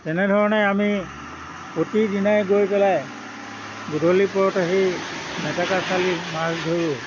তেনেধৰণে আমি প্ৰতিদিনাই গৈ পেলাই গধূলি পৰতে সেই মেটেকা চালি মাছ ধৰোঁ